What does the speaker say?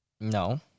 No